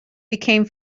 became